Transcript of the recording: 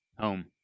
Home